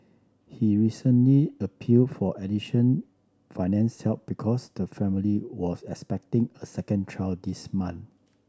he recently appeal for addition finance help because the family was expecting a second child this month